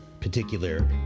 particular